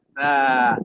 na